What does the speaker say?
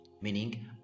meaning